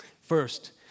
First